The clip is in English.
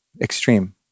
extreme